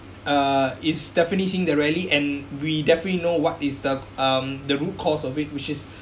uh it's definitely finishing the rally and we definitely know what is the um the root cause of it which is